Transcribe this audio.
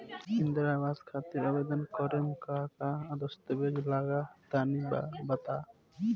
इंद्रा आवास खातिर आवेदन करेम का का दास्तावेज लगा तऽ तनि बता?